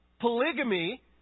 Polygamy